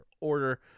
order